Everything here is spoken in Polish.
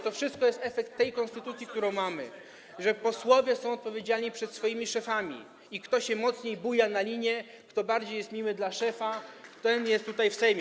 To wszystko jest efektem tej konstytucji, którą mamy, że posłowie są odpowiedzialni przed swoimi szefami i kto się mocniej buja na linie, kto jest bardziej miły dla szefa, ten jest tutaj w Sejmie.